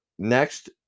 Next